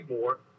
more